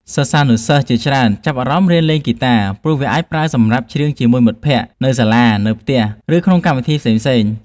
សិស្សានុសិស្សជាច្រើនចាប់អារម្មណ៍រៀនលេងហ្គីតា ព្រោះវាអាចប្រើសម្រាប់ច្រៀងជាមួយ មិត្តភក្តិ នៅសាលា នៅផ្ទះ ឬក្នុងកម្មវិធីសង្គមផ្សេងៗ។